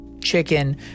chicken